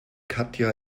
katja